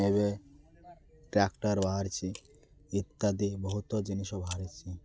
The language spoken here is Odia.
ଏବେ ଟ୍ରାକ୍ଟର ବାହାରିଛିି ଇତ୍ୟାଦି ବହୁତ ଜିନଷ ବାହାରିଛି